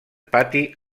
pati